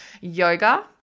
yoga